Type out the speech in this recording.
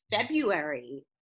February